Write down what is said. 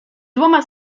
dwoma